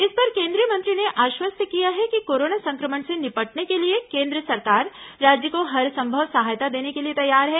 इस पर केन्द्रीय मंत्री ने आश्वस्त किया है कि कोरोना संक्रमण से निपटने के लिए केन्द्र सरकार राज्य को हरसंभव सहायता देने के लिए तैयार है